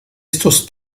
estos